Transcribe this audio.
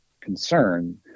concern